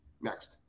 next